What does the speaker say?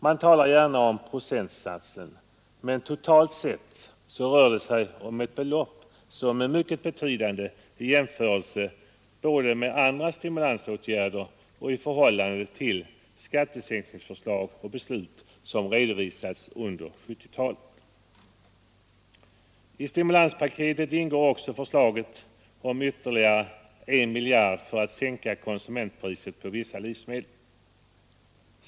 Man talar gärna om procentsatsen, men totalt sett rör det sig om ett belopp som är mycket betydande både i jämförelse med andra stimulansåtgärder och i förhållande till skattesänkningsförslag och beslut som redovisats under 1970-talet. I stimulanspaketet ingår också förslaget om ytterligare 1 miljard kronor för att sänka konsumentpriset på vissa livsmedel.